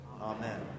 Amen